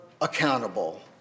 accountable